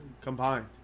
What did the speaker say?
combined